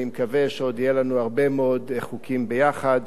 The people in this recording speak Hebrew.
אני מקווה שעוד יהיו לנו הרבה מאוד חוקים ביחד.